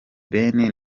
ben